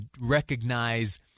recognize